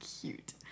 cute